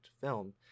film